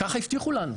ככה הבטיחו לנו.